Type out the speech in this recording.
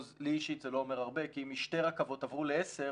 לי אישית זה לא אומר הרבה כי אם משתי רכבות עברו לעשר,